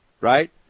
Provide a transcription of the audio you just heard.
right